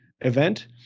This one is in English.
event